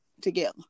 together